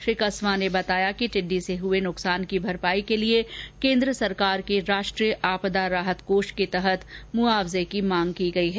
श्री कस्वां ने बताया कि टिड़डी से हए नुकसान की भरपाई के लिए केन्द्र सरकार के राष्ट्रीय आपदा राहत कोष के तहत मुआवजे की मांग की गई है